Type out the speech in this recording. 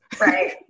Right